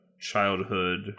childhood